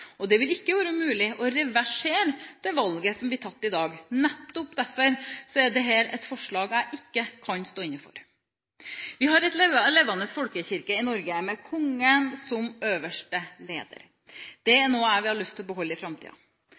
Det vil ikke være mulig å reversere det valget som blir tatt i dag. Nettopp derfor er dette et forslag jeg ikke kan stå inne for. Vi har en levende folkekirke i Norge, med Kongen som øverste leder. Det er noe jeg har lyst til å beholde i